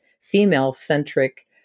female-centric